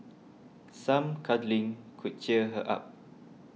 some cuddling could cheer her up